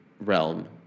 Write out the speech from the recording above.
realm